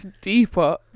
Deeper